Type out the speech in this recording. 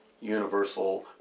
universal